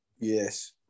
Yes